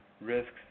risks